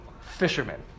fishermen